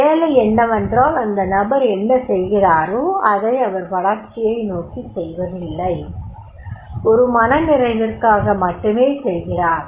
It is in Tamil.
வேலை என்னவென்றால் அந்த நபர் என்ன செய்கிறாரோ அதை அவர் வளர்ச்சியை நோக்கிச் செய்வதில்லை ஒரு மனநிறைவிற்காக மட்டுமே செய்கிறார்